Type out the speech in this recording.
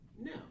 No